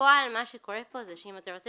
בפועל מה שקורה פה זה שאם אתה רוצה